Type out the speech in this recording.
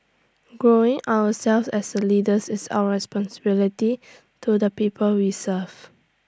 growing ourselves as leaders is our responsibility to the people we serve